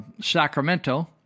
Sacramento